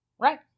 right